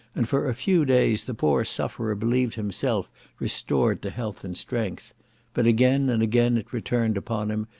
and for a few days the poor sufferer believed himself restored to health and strength but again and again it returned upon him,